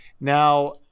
now